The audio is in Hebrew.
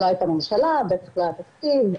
את הממשלה ואת התקציב,